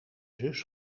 zus